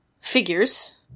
figures